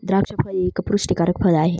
द्राक्ष फळ हे एक पुष्टीकारक फळ आहे